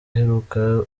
aheruka